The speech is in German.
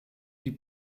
die